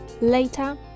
later